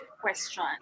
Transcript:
question